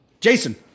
Jason